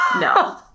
No